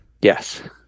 Yes